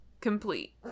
complete